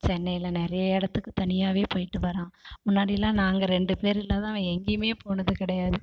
சென்னையில் நிறைய இடத்துக்குத் தனியாகவே போயிட்டு வரான் முன்னாடியெல்லாம் நாங்கள் ரெண்டு பேர் இல்லாத அவன் எங்கேயுமே போனது கிடையாது